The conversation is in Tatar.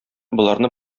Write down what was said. боларны